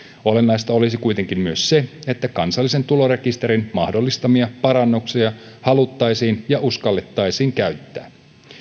olennaista olisi kuitenkin myös se että kansallisen tulorekisterin mahdollistamia parannuksia haluttaisiin ja uskallettaisiin käyttää